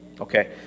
Okay